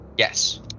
Yes